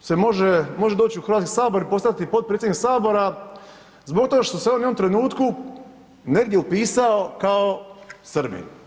se može doći u Hrvatski sabor i postati podpredsjednik sabora zbog toga što se on u jednom trenutku negdje upisao kao Srbin.